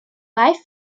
life